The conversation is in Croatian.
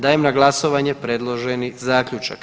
Dajem na glasovanje predloženi zaključak.